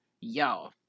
Y'all